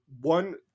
one